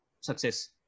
success